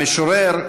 המשורר,